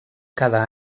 cada